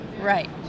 Right